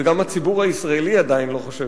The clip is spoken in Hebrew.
וגם הציבור הישראלי עדיין לא חושב,